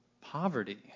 Poverty